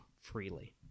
freely